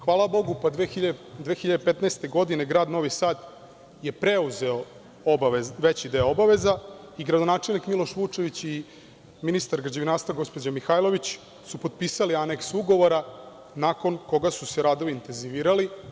Hvala Bogu pa 2015. godine grad Novi Sad je preuzeo veći deo obaveza i gradonačelnik Miloš Vučević i ministar građevinarstva, gospođa Mihajlović, su potpisale aneks ugovora nakon koga su se radovi intezivirali.